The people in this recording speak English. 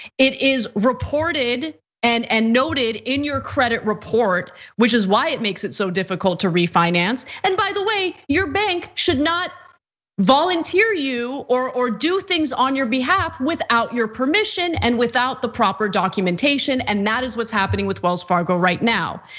it is reported and and noted in your credit report, which is why it makes it so difficult to refinance. and by the way, your bank should not volunteer you, or or do things on your behalf without your permission, and without the proper documentation and that is what's happening with wells fargo right now.